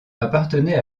appartenait